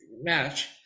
match